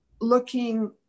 looking